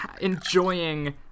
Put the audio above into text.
enjoying